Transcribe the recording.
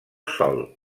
sòl